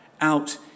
out